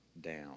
down